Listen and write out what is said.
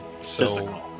Physical